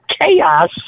chaos